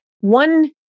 One